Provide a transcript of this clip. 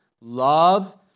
love